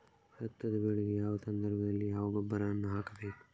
ಭತ್ತದ ಬೆಳೆಗೆ ಯಾವ ಸಂದರ್ಭದಲ್ಲಿ ಯಾವ ಗೊಬ್ಬರವನ್ನು ಹಾಕಬೇಕು?